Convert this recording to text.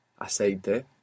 Aceite